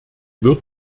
wird